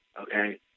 Okay